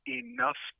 enough